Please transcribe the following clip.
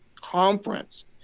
conference